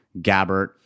Gabbert